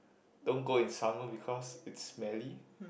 don't go in summer because it's smelly